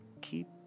keep